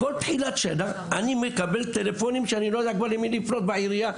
בכל תחילת שנה אני מקבל טלפונים שאני כבר לא יודע למי לפנות בעירייה,